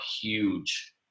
huge